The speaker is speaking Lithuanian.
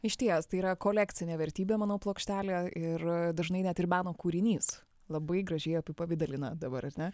išties tai yra kolekcinė vertybė manau plokštelė ir dažnai net ir meno kūrinys labai gražiai apipavidalina dabar ar ne